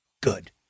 good